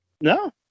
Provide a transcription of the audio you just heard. No